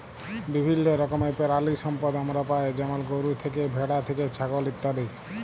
বিভিল্য রকমের পেরালিসম্পদ আমরা পাই যেমল গরু থ্যাকে, ভেড়া থ্যাকে, ছাগল ইত্যাদি